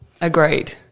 Agreed